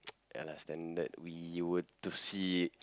ya lah standard we were to see